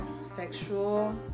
sexual